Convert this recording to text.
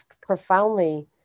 profoundly